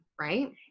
right